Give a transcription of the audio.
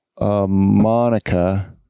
Monica